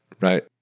right